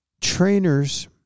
trainers